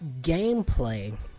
gameplay